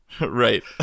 right